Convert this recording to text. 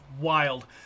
Wild